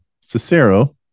Cicero